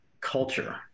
culture